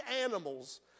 animals